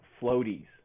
floaties